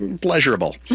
pleasurable